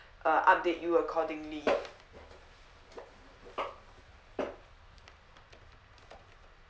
uh update you accordingly